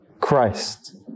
Christ